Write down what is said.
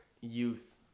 youth